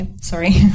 Sorry